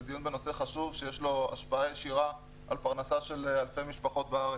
זה דיון בנושא חשוב שיש לו השפעה ישירה על פרנסה של אלפי משפחות בארץ.